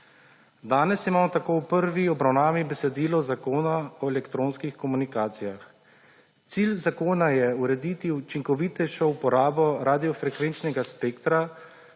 Danes imamo tako v prvi obravnavi besedilo Zakona o elektronskih komunikacijah. Cilj zakona je urediti učinkovitejšo uporabo radiofrekvenčnega spektra,